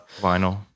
vinyl